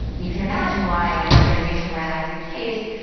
and you can imagine why in an organization where that's the case,